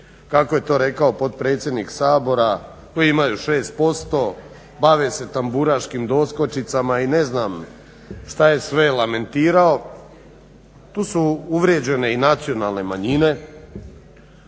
kako je to rekao potpredsjednik Sabora koji imaju 6%, bave se tamburaškim doskočicama i ne znam šta je sve lamentirao tu su uvrijeđene i nacionalne manjine